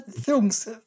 films